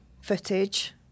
footage